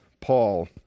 Paul